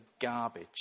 garbage